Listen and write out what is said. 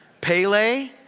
pele